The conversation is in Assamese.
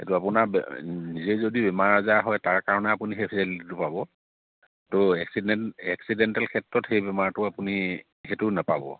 এইটো আপোনাৰ নিজে যদি বেমাৰ আজাৰ হয় তাৰ কাৰণে আপুনি সেই ফেচেলিটিটো পাব ত' এক্সিডেণ্ট এক্সিডেণ্টেল ক্ষেত্ৰত সেই বেমাৰটো আপুনি সেইটোও নাপাব